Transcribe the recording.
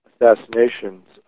Assassinations